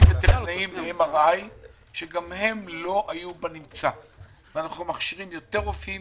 יותר רופאים